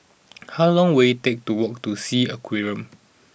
how long will it take to walk to Sea Aquarium